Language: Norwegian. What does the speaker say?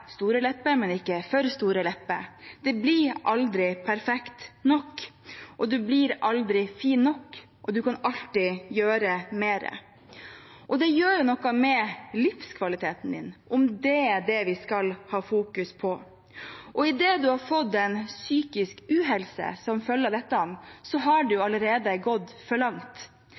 store lepper, men ikke for store. Man blir aldri perfekt nok, og man blir aldri fin nok. Og man kan alltid gjøre mer. Det gjør noe med livskvaliteten om det er det vi skal fokusere på, og idet man har fått psykisk uhelse som følge av dette, har det allerede gått for langt.